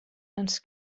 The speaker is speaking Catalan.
ens